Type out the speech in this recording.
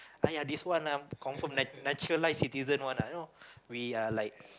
aiyah this one lah confirm like like citizen one you know we are like